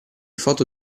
foto